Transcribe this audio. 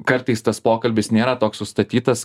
kartais tas pokalbis nėra toks sustatytas